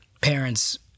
parents